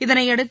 இதனையடுத்து